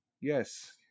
yes